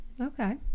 Okay